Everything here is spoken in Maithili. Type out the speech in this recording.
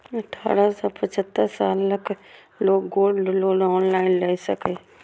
अठारह सं पचहत्तर सालक लोग गोल्ड लोन ऑनलाइन लए सकैए